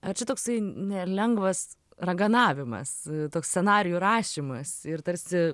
ar čia toksai ne lengvas raganavimas toks scenarijų rašymas ir tarsi